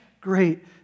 great